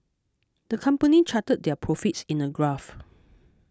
the company charted their profits in a graph